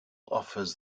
offers